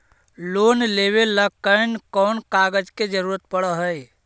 Loan लेबे ल कैन कौन कागज के जरुरत पड़ है?